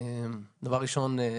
דבר ראשון,